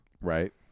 Right